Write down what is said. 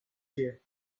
fear